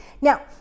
Now